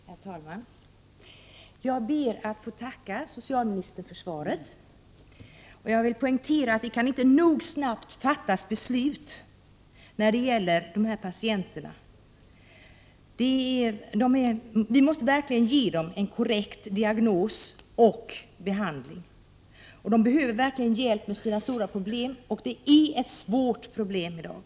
Herr talman! Jag ber att få tacka socialministern för svaret. Jag vill poängtera att det inte nog snabbt kan fattas beslut när det gäller de här patienterna. Vi måste ge dem en korrekt diagnos och behandling. De behöver verkligen hjälp med sina stora problem. Detta är ett svårt problem i dag.